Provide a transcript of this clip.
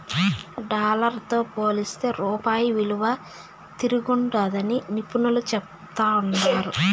dollar తో పోలిస్తే రూపాయి ఇలువ తిరంగుండాదని నిపునులు చెప్తాండారు